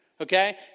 Okay